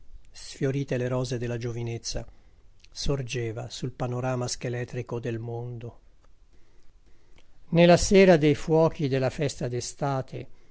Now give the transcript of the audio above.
sfiorite le rose de la giovinezza sorgeva sul panorama scheletrico del mondo ne la sera dei fuochi de la festa